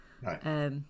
Right